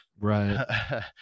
right